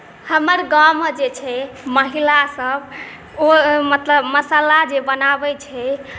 हमर गाँवमे जे छै महिलासभ ओ मतलब मसाला जे बनाबैत छै